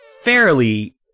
fairly